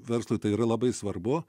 verslui tai yra labai svarbu